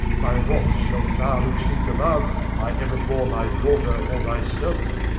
my wrath shall far exceed the love i ever bore my daughter or thyself.